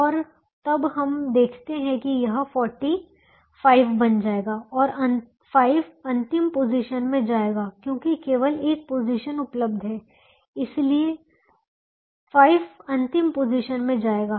और तब हम देखते है कि यह 40 5 बन जाएगा और 5 अंतिम पोजीशन में जाएगा क्योंकि केवल एक पोजीशन उपलब्ध है इसलिए 5 अंतिम पोजीशन में जाएगा